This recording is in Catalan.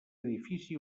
edifici